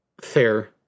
fair